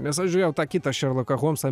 nes aš žiūrėjau tą kitą šerloką holmsą